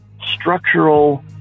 structural